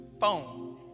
phone